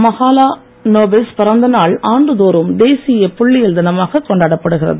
மகாலானோபிஸ் பிறந்த நாள் ஆண்டு தோறும் தேசிய புள்ளியியல் தினமாகக் கொண்டாடப் படுகிறது